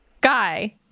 guy